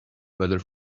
weather